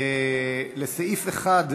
וכמובן,